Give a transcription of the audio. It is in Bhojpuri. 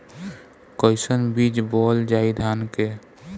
कईसन बीज बोअल जाई धान के?